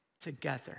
together